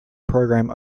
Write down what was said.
program